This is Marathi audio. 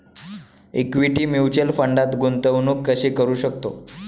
इक्विटी म्युच्युअल फंडात गुंतवणूक कशी करू शकतो?